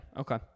okay